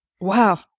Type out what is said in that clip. Wow